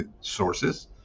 sources